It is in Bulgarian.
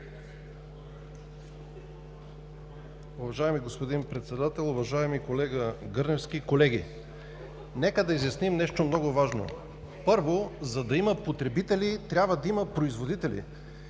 Уважаеми господин Председател, уважаеми колега Гърневски, колеги! Нека да изясним нещо много важно: първо, за да има потребители, трябва да има производители,